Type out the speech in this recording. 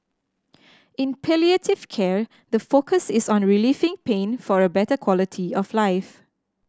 in palliative care the focus is on relieving pain for a better quality of life